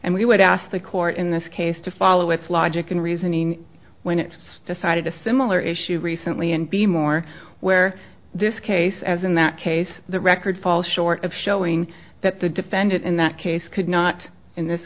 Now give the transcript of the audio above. and we would ask the court in this case to follow its logic and reasoning when it decided a similar issue recently and be more where this case as in that case the record falls short of showing that the defendant in that case could not in this